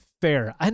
fair